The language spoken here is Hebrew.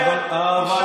בושה וחרפה,